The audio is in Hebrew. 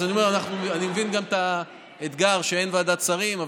אז אני אומר שאני מבין את האתגר שאין ועדת שרים,